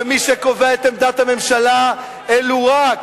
ומי שקובע את עמדת הממשלה אלו רק,